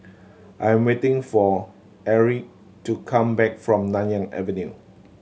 I am waiting for Erie to come back from Nanyang Avenue